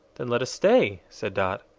then let us stay, said dot.